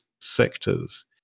sectors